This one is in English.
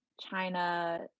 China